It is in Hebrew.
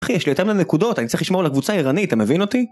אחי, יש לי יותר מדי נקודות, אני צריך לשמור על הקבוצה עירנית, אתה מבין אותי?